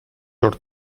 your